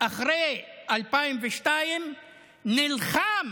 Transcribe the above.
אחרי 2002 נלחם